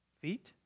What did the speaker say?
feet